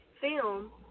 film